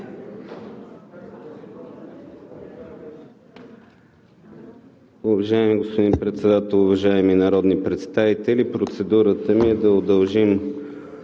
Уважаеми господин Председател, уважаеми народни представители! Процедурата ми е да удължим